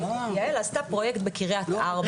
יעל עשתה פרויקט בקרית ארבע.